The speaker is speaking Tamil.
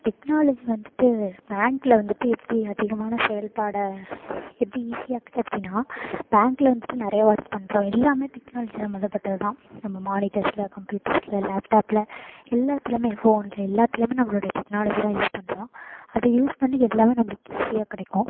டெக்னாலஜி வந்துவிட்டு பேங்க்கில் வந்துவிட்டு எப்படி அதிகமான செயல்பாட்ட எப்படி ஈஸியாக ஆக்குச்சு அப்படின்னா பேங்க்கில் வந்துவிட்டு நிறைய ஒர்க் பண்ணுறோம் எல்லாமே டெக்னாலஜி சம்மந்தப்பட்டது தான் நம்ம மானிட்டர்ல கம்ப்யூட்டர்ல லேப்டாப்பில் எல்லாத்திலேயுமே ஃபோனில் எல்லாத்திலேயுமே நம்மளுடைய டெக்னாலஜி தான் யூஸ் பண்ணுறோம் அதை யூஸ் பண்ணி எல்லாமே நம்மளுக்கு ஈஸியாக கிடைக்கும்